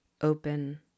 open